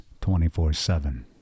24-7